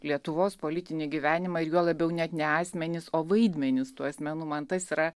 lietuvos politinį gyvenimą ir juo labiau net ne asmenys o vaidmenis tų asmenų man tas yra